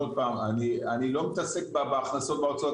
אני לא מתעסק בהכנסות ובהוצאות,